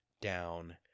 down